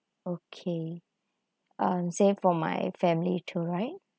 okay um same for my family too right